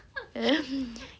um